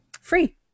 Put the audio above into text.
Free